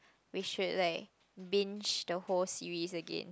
we should like binge the whole series again